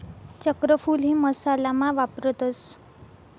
चक्रफूल हे मसाला मा वापरतस